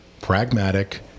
pragmatic